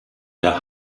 der